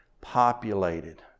populated